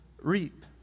reap